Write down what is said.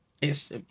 it's-